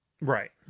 Right